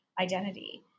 identity